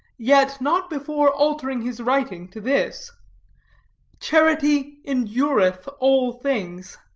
yet not before altering his writing to this charity endureth all things.